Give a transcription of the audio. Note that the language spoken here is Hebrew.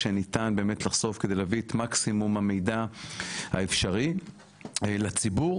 כדי להביא את מקסימום המידע האפשרי לציבור.